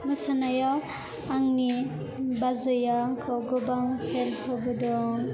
मोसानायाव आंनि बाजैया आंखौ गोबां हेल्प होबोदों